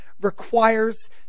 requires